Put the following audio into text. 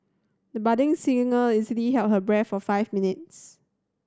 the budding singer easily held her breath for five minutes